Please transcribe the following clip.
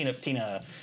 Tina